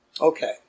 Okay